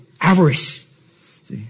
avarice